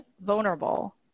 vulnerable